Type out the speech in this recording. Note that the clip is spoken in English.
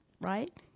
right